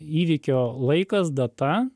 įvykio laikas data